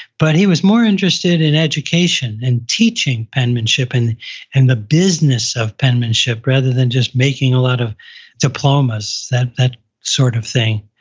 but he was more interested in education and teaching penmanship and and the business of penmanship, rather than just making a lot of diplomas, that that sort of thing,